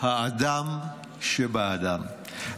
האדם שבאדם.